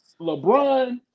LeBron